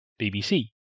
BBC